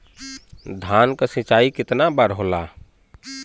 धान क सिंचाई कितना बार होला?